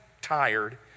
tired